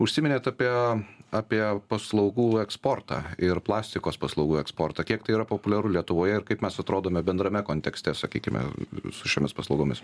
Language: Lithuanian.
užsiminėt apie apie paslaugų eksportą ir plastikos paslaugų eksportą kiek tai yra populiaru lietuvoje ir kaip mes atrodome bendrame kontekste sakykime su šiomis paslaugomis